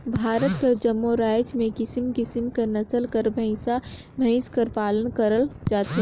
भारत कर जम्मो राएज में किसिम किसिम कर नसल कर भंइसा भंइस कर पालन करल जाथे